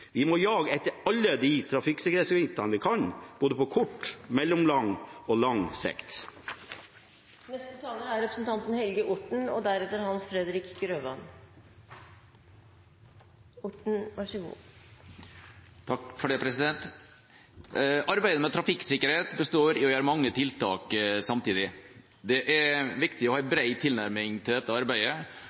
Vi må jage etter alle de trafikksikkerhetsgevinster vi kan, på både kort, mellomlang og lang sikt. Arbeidet med trafikksikkerhet består i å gjøre mange tiltak samtidig. Det er viktig å ha en bred tilnærming til dette arbeidet.